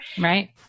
Right